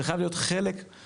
זה חייב להיות חלק מהתהליך.